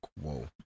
whoa